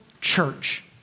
church